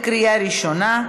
קריאה ראשונה.